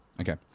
Okay